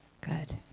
good